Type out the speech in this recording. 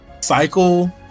cycle